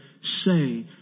say